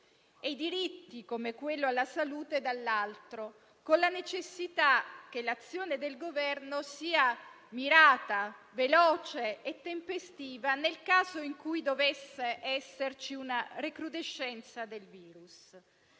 e i diritti, come quello alla salute, dall'altro, con la necessità che l'azione del Governo sia mirata, veloce e tempestiva nel caso in cui dovesse esserci una recrudescenza del virus.